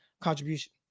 contribution